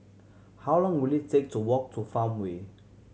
how long will it take to walk to Farmway